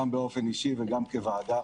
גם באופן אישי וגם כוועדה.